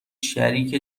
شریک